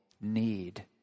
need